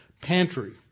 pantry